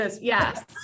Yes